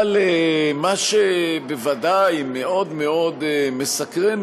אבל מה שבוודאי מאוד מאוד מסקרן,